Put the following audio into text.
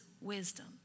wisdom